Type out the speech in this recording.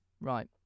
Right